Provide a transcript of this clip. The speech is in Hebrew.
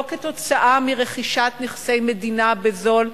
לא כתוצאה מרכישת נכסי מדינה בזול,